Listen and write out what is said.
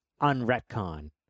unretcon